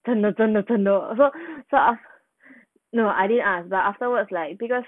真的真的真的 so so af~ no I didn't ask but afterwards like because